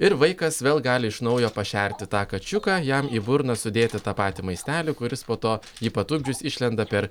ir vaikas vėl gali iš naujo pašerti tą kačiuką jam į burną sudėti tą patį maistelį kuris po to jį patupdžius išlenda per